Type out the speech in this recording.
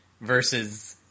versus